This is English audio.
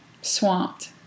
Swamped